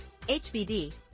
HBD